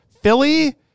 Philly